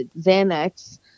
Xanax